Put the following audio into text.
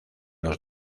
los